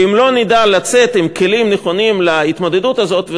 ואם לא נדע לצאת עם כלים נכונים להתמודדות הזאת,